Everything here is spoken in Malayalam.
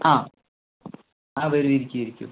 ആ ആ വരൂ ഇരിക്കൂ ഇരിക്കൂ